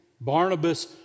Barnabas